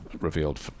revealed